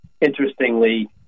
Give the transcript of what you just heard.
Interestingly